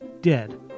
dead